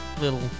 little